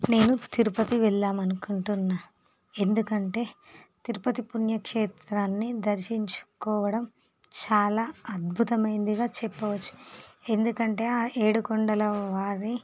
నేను తిరుపతి వెళ్దామనుకుంటున్నా ఎందుకంటే తిరుపతి పుణ్యక్షేత్రాన్ని దర్శించుకోవడం చాలా అద్భుతమైందిగా చెప్పవచ్చు ఎందుకంటే ఆ ఏడుకొండల వారి